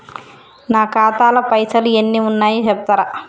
నా ఖాతా లా పైసల్ ఎన్ని ఉన్నాయో చెప్తరా?